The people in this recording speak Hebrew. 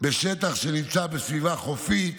בשטח שנמצא בסביבה חופית,